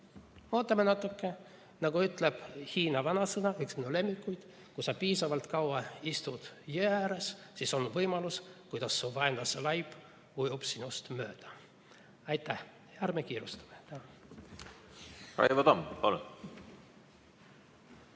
Ootame natuke. Nagu ütleb hiina vanasõna, üks minu lemmikuid: kui sa piisavalt kaua istud jõe ääres, siis on võimalus näha, kuidas su vaenlase laip ujub sinust mööda. Aitäh! Ärme kiirustame. Raivo Tamm, palun!